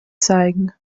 zeigen